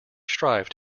strived